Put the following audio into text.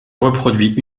reproduit